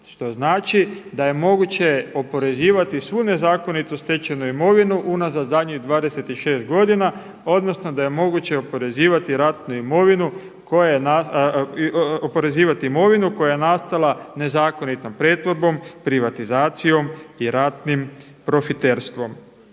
što znači da je moguće oporezivati svu nezakonito stečenu imovinu unazad zadnjih 26 godina odnosno da je moguće oporezivati imovinu koja je nastala nezakonitom pretvorbom, privatizacijom i ratnim profiterstvom.